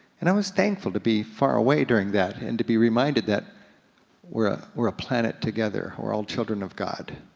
and i was thankful to be far away during that and to be reminded that we're ah we're a planet together, we're all children of god.